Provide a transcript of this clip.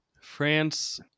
France